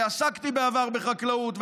ועסקתי בעבר בחקלאות,